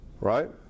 right